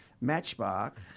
Matchbox